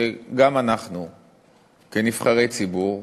שגם אנחנו כנבחרי ציבור,